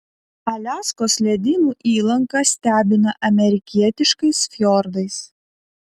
aliaskos ledynų įlanka stebina amerikietiškais fjordais